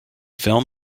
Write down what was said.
film